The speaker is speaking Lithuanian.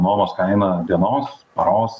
nuomos kaina dienos paros